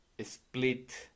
split